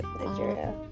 Nigeria